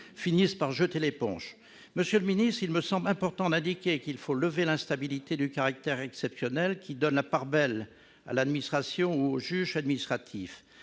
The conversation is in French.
finissant par jeter l'éponge. Monsieur le ministre, il me semble important d'indiquer qu'il faut lever l'instabilité du caractère exceptionnel, qui donne la part belle à l'administration ou au juge administratif.